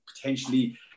potentially